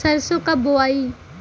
सरसो कब बोआई?